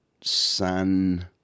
San